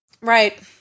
Right